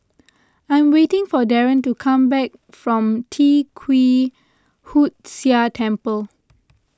I am waiting for Daren to come back from Tee Kwee Hood Sia Temple